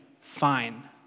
fine